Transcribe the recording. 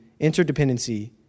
interdependency